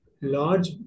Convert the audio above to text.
Large